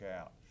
out